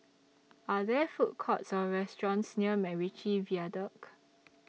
Are There Food Courts Or restaurants near Macritchie Viaduct